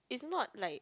it's not like